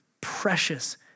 precious